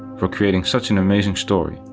for creating such an amazing story,